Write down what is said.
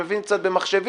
שמבין קצת במחשבים,